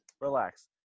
Relax